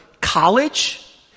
college